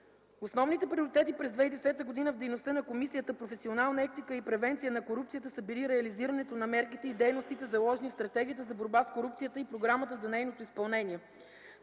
Основните приоритети през 2010 г. в дейността на Комисията „Професионална етика и превенция на корупцията” са били реализирането на мерките и дейностите, заложени в Стратегията за борба с корупцията и Програмата за нейното изпълнение,